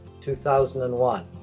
2001